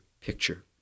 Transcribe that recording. picture